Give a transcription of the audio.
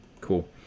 Cool